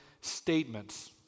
statements